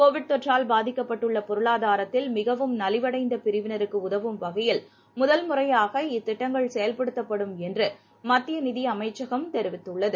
Covid தொற்றால் பாதிக்கப்பட்டுள்ளபொருளாதாரத்தில் மிகவும் நலிவடைந்தபிரிவினருக்குஉதவும் வகையில் முதல்முறையாக இத்திட்டங்கள் செயல்படுத்தப்படும் என்றுமத்தியநிதியமைச்சகம் தெரிவித்துள்ளது